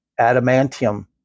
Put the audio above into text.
adamantium